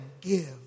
give